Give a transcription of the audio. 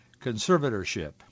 conservatorship